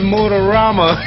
Motorama